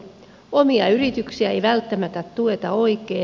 omia yrityksiä ei välttämättä tueta oikein